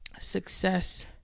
success